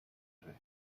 rotate